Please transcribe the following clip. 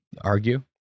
argue